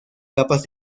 capas